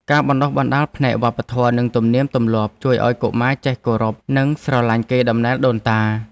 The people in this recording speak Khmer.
ការបណ្តុះបណ្តាលផ្នែកវប្បធម៌និងទំនៀមទម្លាប់ជួយឱ្យកុមារចេះគោរពនិងស្រឡាញ់កេរដំណែលដូនតា។